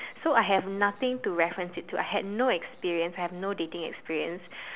so I have nothing to reference it to I had no experience I had no dating experience